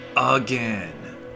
Again